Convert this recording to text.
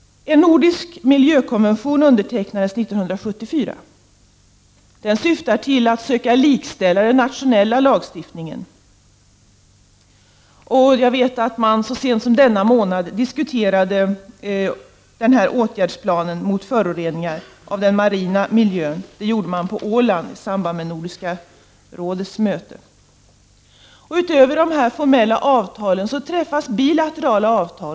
En nordisk miljökonvention undertecknades 1974. Den syftar till att söka likställa den nationella lagstiftningen. Jag vet att man så sent som denna månad diskuterade åtgärdsplanen mot föroreningar av den marina miljön. Det gjorde man på Åland i samband med Nordiska rådets möte. Förutom dessa formella avtal träffas det bilaterala avtal.